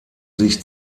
sich